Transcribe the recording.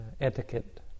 etiquette